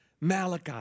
Malachi